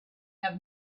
have